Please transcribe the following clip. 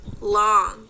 long